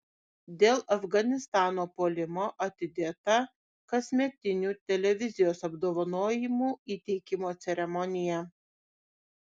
dėl afganistano puolimo atidėta kasmetinių televizijos apdovanojimų įteikimo ceremonija